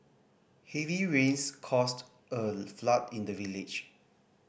heavy rains caused a flood in the village